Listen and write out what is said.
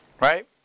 Right